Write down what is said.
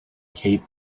cape